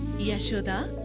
yashoda,